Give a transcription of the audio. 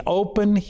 open